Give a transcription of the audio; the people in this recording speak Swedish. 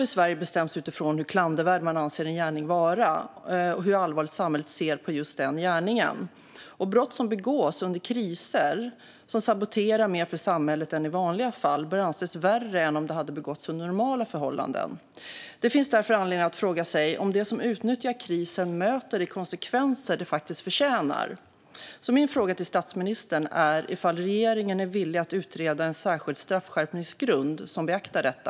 I Sverige bestäms straff utifrån hur klandervärd en gärning anses vara och hur allvarligt samhället ser på gärningen. Brott som begås under kriser och som saboterar mer för samhället än i vanliga fall bör anses värre än om de begåtts under normala förhållanden. Det finns därför anledning att fråga sig om de som utnyttjar krisen möter de konsekvenser de faktiskt förtjänar. Min fråga till statsministern är om regeringen är villig att utreda en särskild straffskärpningsgrund som beaktar detta.